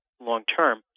long-term